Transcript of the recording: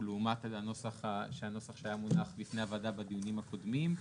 לעומת הנוסח שהיה מונח בפני הוועדה בדיונים הקודמים.